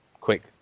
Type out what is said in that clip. quick